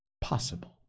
possible